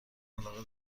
علاقه